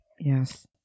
Yes